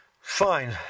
Fine